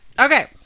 Okay